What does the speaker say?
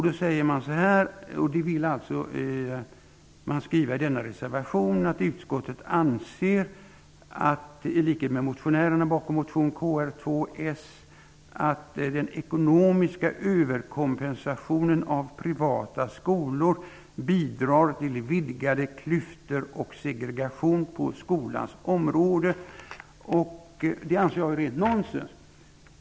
Där säger man: ''Utskottet anser -- i likhet med motionärerna bakom motion Kr2 -- att den ekonomiska överkompensationen av privata skolor bidrar till vidgade klyftor och segregation på skolans område.'' Det anser jag är rent nonsens.